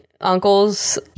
uncles